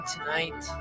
tonight